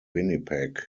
winnipeg